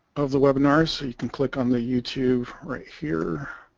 of the webinar so you can click on the youtube right here